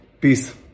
Peace